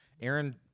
aaron